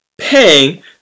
pang